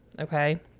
Okay